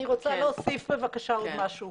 אני רוצה להוסיף, בבקשה, עוד משהו.